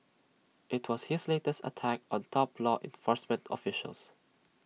IT was his latest attack on top law enforcement officials